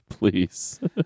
Please